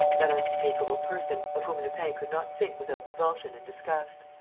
that unspeakable person of whom lupin could not think without revulsion and disgust.